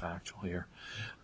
factual here